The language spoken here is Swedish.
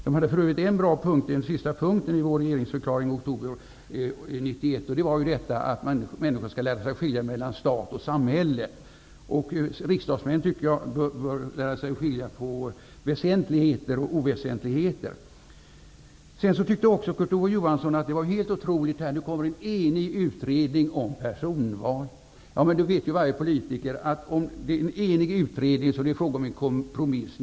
Det fanns för övrigt en bra sista punkt i vår regeringsförklaring i oktober 1991. Det var att människor skulle lära sig skilja mellan stat och samhälle. Jag tycker att riksdagsmän skall lära sig skilja på väsentligheter och oväsentligheter. Kurt Ove Johansson tyckte också att det var otroligt att vi kunde få denna debatt när det kommit en helt enig utredning om personval. Men varje politiker vet att en enig utredning innebär kompromisser.